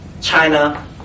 China